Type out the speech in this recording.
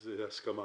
זה הסכמה.